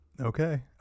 Okay